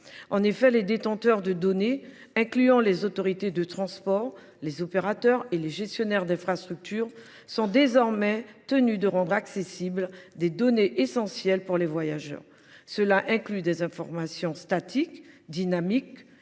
Les détenteurs de données, incluant les autorités de transport, les opérateurs et les gestionnaires d’infrastructures, sont ainsi désormais tenus de rendre accessibles des données essentielles pour les voyageurs, incluant des informations statiques, dynamiques,